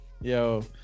Yo